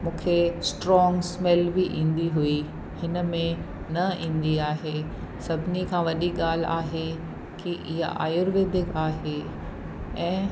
मूंखे strong smell बि ईंदी हुई हिनमें न ईंदी आहे सभिनी खां वॾी ॻाल्हि आहे की इहा आयुर्वेदिक आहे ऐं